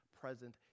present